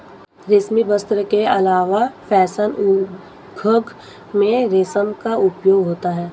रेशमी वस्त्र के अलावा फैशन उद्योग में रेशम का उपयोग होता है